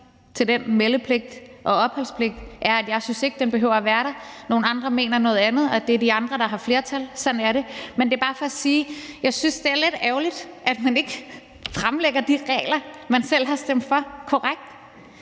til den opholds- og meldepligt er, at jeg ikke synes, at den behøver at være der. Nogle andre mener noget andet, og det er de andre, der har flertal. Sådan er det. Men det er bare for at sige, at jeg synes, det er lidt ærgerligt, at man ikke fremlægger de regler, man selv har stemt for, korrekt.